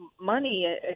money